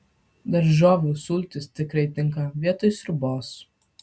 daržovių sultys tikrai tinka vietoj sriubos